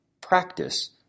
practice